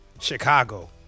chicago